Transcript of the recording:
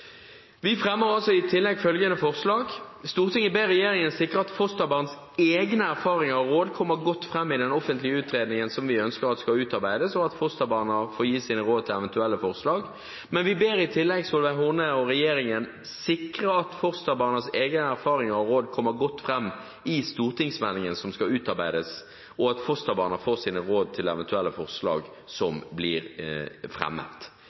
Vi fremmer altså i tillegg følgende forslag: «Stortinget ber regjeringen sikre at fosterbarnas egne erfaringer og råd kommer godt fram i den offentlige utredningen som skal utarbeides, og at fosterbarna får gi sine råd til eventuelle forslag som blir fremmet.» Men vi ber i tillegg Solveig Horne og regjeringen «sikre at fosterbarnas egne erfaringer og råd kommer godt fram i stortingsmeldingen som skal utarbeides, og at fosterbarna får gi sine råd til eventuelle forslag som blir fremmet».